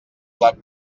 club